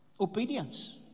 Obedience